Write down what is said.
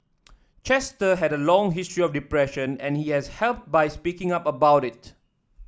Chester had a long history of depression and he has helped by speaking up about it